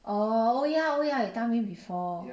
oh oh ya oh ya you tell me before